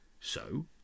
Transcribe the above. So